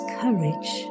courage